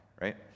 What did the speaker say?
right